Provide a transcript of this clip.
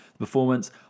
performance